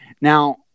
Now